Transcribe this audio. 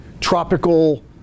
tropical